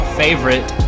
favorite